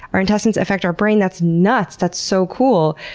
our intestines, affect our brain, that's nuts. that's so cool.